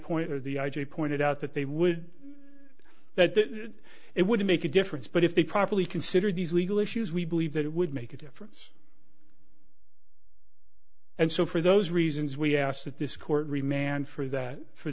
point of the i j a pointed out that they would that it would make a difference but if they properly considered these legal issues we believe that it would make a difference and so for those reasons we asked that this court remand for that for